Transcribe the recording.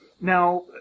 Now